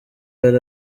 yari